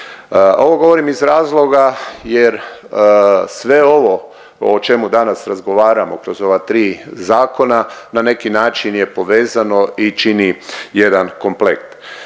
Ovo govorim iz razloga jer sve ovo o čemu danas razgovaramo kroz ova tri zakona na neki način je povezano i čini jedan komplet.